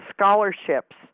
scholarships